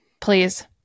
Please